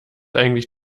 eigentlich